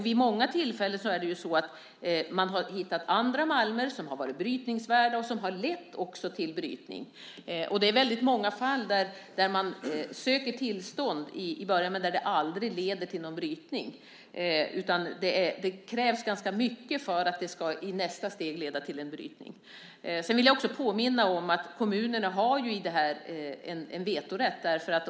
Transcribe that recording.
Vid många tillfällen har man hittat andra malmer som har varit brytningsvärda, och det har också lett till brytning. Det finns väldigt många fall där man söker tillstånd i början men som aldrig leder till någon brytning. Det krävs ganska mycket för att det i nästa steg ska leda till en brytning. Sedan vill jag också påminna om att kommunerna har vetorätt i sådana här ärenden.